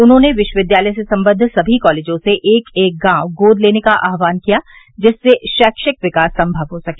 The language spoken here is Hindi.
उन्होंने विश्वविद्यालय से संबद्व समी कॉलेजों से एक एक गांव गोद लेने का आहवान किया जिससे शैक्षिक विकास संभव हो सके